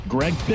Greg